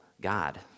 God